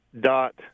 dot